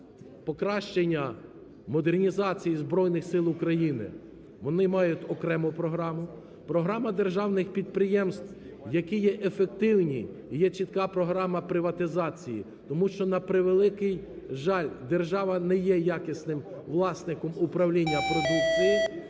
покращення модернізації Збройних Сил України, вони мають окрему програму. Програма державних підприємств, які є ефективні і є чітка програма приватизації, тому що, на превеликий жаль, держава не є якісним власником управління продукції.